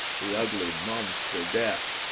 the ugly monster death,